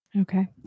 Okay